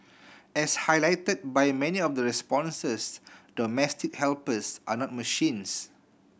as highlighted by many of the responses domestic helpers are not machines